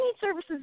services